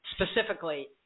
specifically